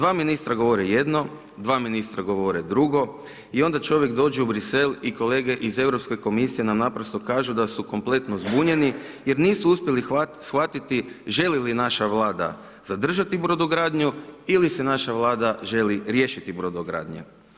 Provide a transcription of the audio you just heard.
2 ministra govore jedno, 2 ministra govore drugo i onda čovjek dođe u Bruxelles i kolege iz Europske komisije nam naprosto kažu da su kompletno zbunjeni jer nisu uspjeli shvatiti želi li naša vlada zadržati brodogradnju ili se naša vlada želi riješiti brodogradnje.